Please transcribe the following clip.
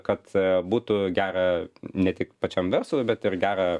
kad būtų gera ne tik pačiam verslui bet ir gera